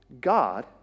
God